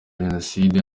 jenoside